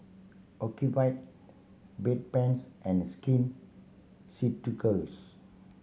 Ocuvite Bedpans and Skin Ceuticals